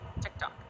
TikTok